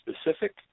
specific